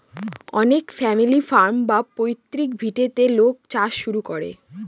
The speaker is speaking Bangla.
অনেক ফ্যামিলি ফার্ম বা পৈতৃক ভিটেতে লোক চাষ শুরু করে